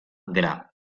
gra